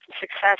success